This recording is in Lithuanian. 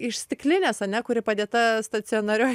iš stiklinės ane kuri padėta stacionarioj